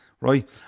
right